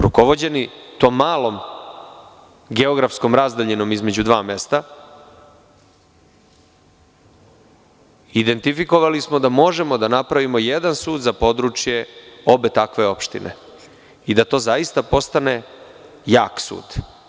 Rukovođeni tom malom geodetskom razdaljinom između dva mesta, identifikovali smo da možemo da napravimo jedan sud za područje obe takve opštine i da to zaista postane jak sud.